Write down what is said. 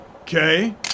Okay